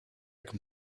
can